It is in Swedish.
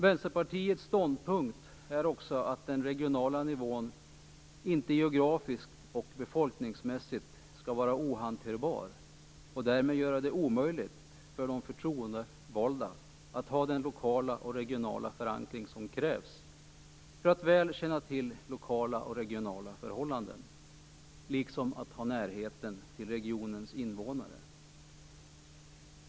Vänsterpartiets ståndpunkt är också att den regionala nivån inte skall vara ohanterbar geografiskt och befolkningsmässigt och därmed göra det omöjligt för de förtroendevalda att ha den lokala och regionala förankring som krävs för att väl känna till lokala och regionala förhållanden liksom att ha närheten till regionens invånare.